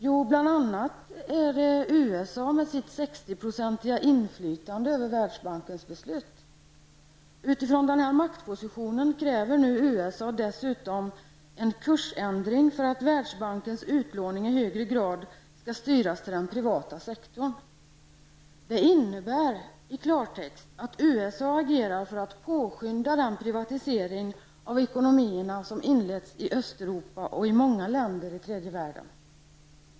Jo, bl.a. USA med sitt 60-procentiga inflytande över Världsbankens beslut. Utifrån denna maktposition kräver nu USA en kursändring för att Världsbankens utlåning i högre grad skall styras till den privata sektorn. Det innebär i klartext att USA agerar för att påskynda den privatisering av ekonomierna som inletts i Östeuropa och i många länder i tredje världen.